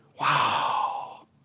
Wow